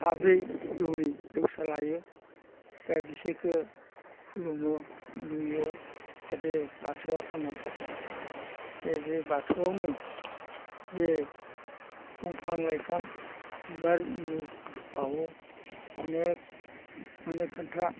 साब्रै दौरि दौसा लायो दा बिसोरखौ खुलुमो बेनिफ्राय जाहाथे बाथौआ थांना थाथों दे बे बाथौआवनो जे दंफां लाइफां बिबार इनु बावो अनेक मने खिन्था